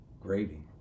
gravy